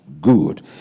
good